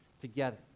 together